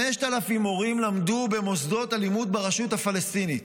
5,000 מורים למדו במוסדות הלימוד ברשות הפלסטינית,